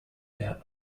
their